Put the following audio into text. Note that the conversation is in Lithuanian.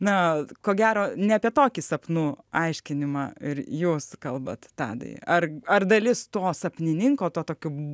na ko gero ne apie tokį sapnų aiškinimą ir jūs kalbat tadai ar ar dalis to sapnininko to tokio